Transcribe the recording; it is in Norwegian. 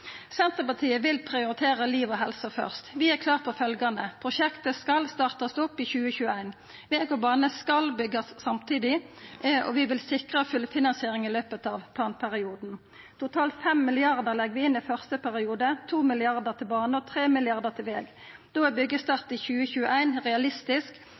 Senterpartiet vil prioritera liv og helse først. Vi er klare på følgjande: Prosjektet skal startast opp i 2021, veg og bane skal byggjast samtidig, og vi vil sikra fullfinansiering i løpet av planperioden. Totalt 5 mrd. kr legg vi inn i første periode – 2 mrd. kr til bane og 3 mrd. kr til veg. Da er byggjestart i 2021 realistisk,